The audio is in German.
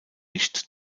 nicht